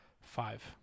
five